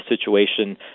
situation